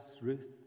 Ruth